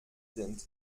sind